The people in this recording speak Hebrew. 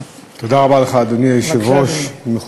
תודה רבה לך, אדוני היושב-ראש, בבקשה, אדוני.